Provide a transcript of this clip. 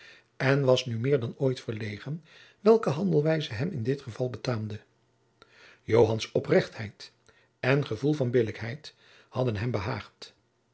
en was nu meer dan ooit verlegen welke handelwijze hem in dit geval betaamde joans oprechtheid en gevoel van billijkheid hadden hem behaagd